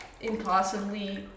impossibly